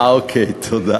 אה, אוקיי, תודה.